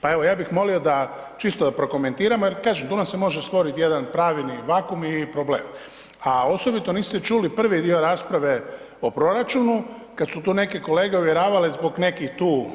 Pa evo, ja bih molio da čisto prokomentiramo jer kažem, tu nam se može stvoriti jedan pravni vakuum i problem a osobito niste čuli prvi dio rasprave o proračunu kad su tu neki kolege uvjeravali zbog nekih tu